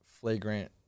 flagrant